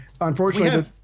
Unfortunately—